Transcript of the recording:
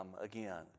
again